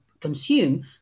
consume